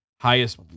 Highest